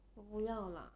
我不要 lah